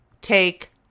take